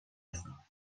هستم